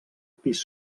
pis